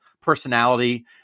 personality